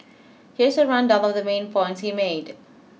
here's a rundown of the main points he made